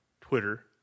Twitter